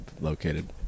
located